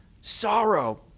Sorrow